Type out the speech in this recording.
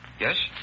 Yes